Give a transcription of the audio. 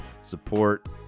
Support